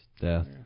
Death